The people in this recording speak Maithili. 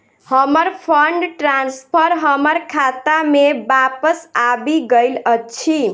हमर फंड ट्रांसफर हमर खाता मे बापस आबि गइल अछि